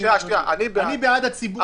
אני בעד הציבור.